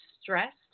stressed